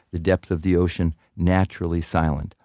the depth of the ocean naturally silent.